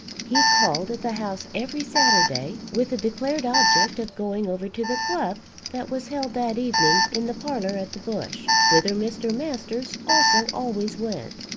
he called at the house every saturday with the declared object of going over to the club that was held that evening in the parlour at the bush, whither mr. masters also always went.